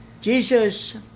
Jesus